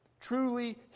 truly